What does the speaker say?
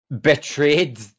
Betrayed